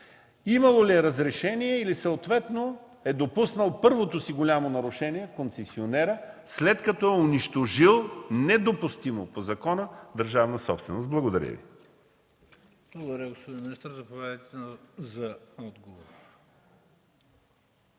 Имало ли е разрешение, или концесионерът съответно е допуснал първото си голямо нарушение, след като е унищожил недопустимо по закона държавна собственост? Благодаря Ви.